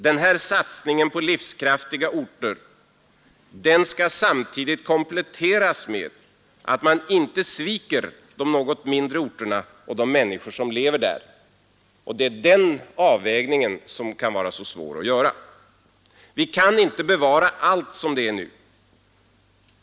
Den här satsningen på livskraftiga orter skall samtidigt kompletteras med att man inte sviker de något mindre orterna och de människor som lever där. Det är den avvägningen som kan vara så svår att göra. Vi kan inte bevara allt som det är nu.